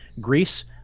Greece